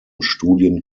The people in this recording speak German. studien